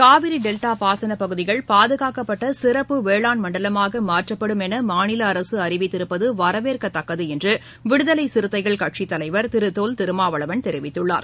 Kaveri delta பாசனப்பகுதிகள் பாதுகாக்கப்பட்ட சிறப்பு வேளாண் மண்டலமாக மாற்றப்படும் என மாநில அரசு அறிவித்திருப்பது வரவேற்கத்தக்கது என்று விடுதலை சிறுத்தைகள் கட்சித்தலைவர் திரு தொல் திருமாவளவன் தெரிவித்துள்ளார்